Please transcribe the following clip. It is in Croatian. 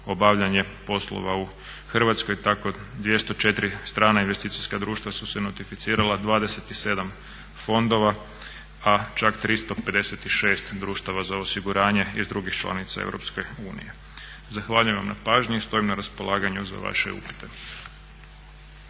obavljanje poslova u Hrvatskoj. Tako 204 strana investicijska društva su se notificirala, 27 fondova, a čak 356 društava za osiguranja iz drugih članica EU. Zahvaljujem na pažnji i stojim na raspolaganju za vaše upite.